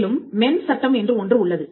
மேலும் மென் சட்டம் என்று ஒன்று உள்ளது